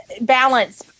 balance